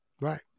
Right